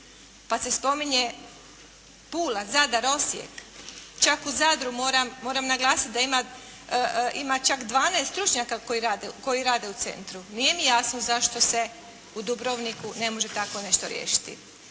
pa se spominje Pula, Zadar, Osijek, čak u Zadru moram naglasiti da ima čak 12 stručnjaka koji rade u centru. Nije mi jasno zašto se u Dubrovniku ne može tako nešto riješiti.